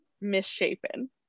misshapen